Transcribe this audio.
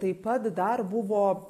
taip pat dar buvo